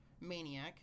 maniac